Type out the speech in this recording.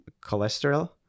cholesterol